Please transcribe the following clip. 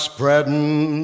Spreading